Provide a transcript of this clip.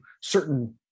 certain